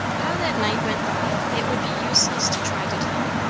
how that night went by it would be useless to try to tell.